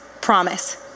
promise